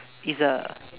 is a